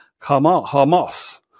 Hamas